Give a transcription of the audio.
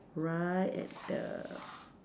right at the